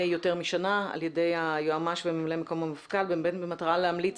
יותר משנה על ידי היועמ"ש וממלא מקום המפכ"ל ובאמת במטרה להמליץ